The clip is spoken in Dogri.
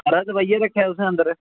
छड़ा दबाइयै रक्खे दा तुसें अंदर